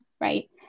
right